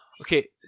Okay